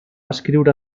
escriure